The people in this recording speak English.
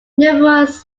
numerous